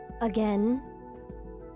Again